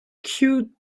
cute